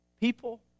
people